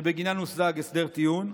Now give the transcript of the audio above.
שבגינן הושג הסדר טיעון,